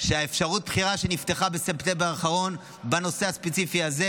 שאפשרות הבחירה שנפתחה בספטמבר האחרון בנושא הספציפי הזה,